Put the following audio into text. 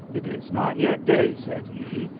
it is not yet day, said he.